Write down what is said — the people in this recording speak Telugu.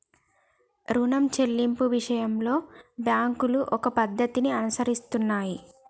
రుణం చెల్లింపు విషయంలో బ్యాంకులు ఒక పద్ధతిని అనుసరిస్తున్నాయి